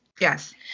Yes